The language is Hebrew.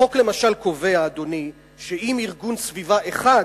החוק למשל קובע, אדוני, שאם ארגון סביבה אחד